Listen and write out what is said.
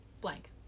blank